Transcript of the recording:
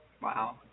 Wow